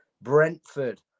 Brentford